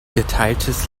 geteiltes